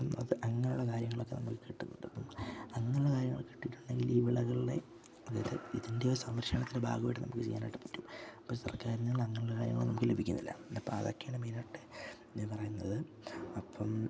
അത് അങ്ങനെയുള്ള കാര്യങ്ങളൊക്കെ നമുക്ക് കിട്ടുന്നുണ്ട് അപ്പം അങ്ങനെയുള്ള കാര്യങ്ങളൊക്കെ കിട്ടിയിട്ടുണ്ടെങ്കിൽ ഈ വിളകളുടെ അതായത് ഇതിൻ്റെ സംരക്ഷണത്തിൻ്റെ ഭാഗമായിട്ട് നമുക്ക് ചെയ്യാനായിട്ട് പറ്റും അപ്പം സർക്കാരിൽ നിന്ന് അങ്ങനെയുള്ള കാര്യങ്ങൾ നമുക്ക് ലഭിക്കുന്നില്ല അപ്പം അതൊക്കെയാണ് മെയിനായിട്ടുള്ളത് ഞാൻ പറയുന്നത് അപ്പം